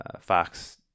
Fox –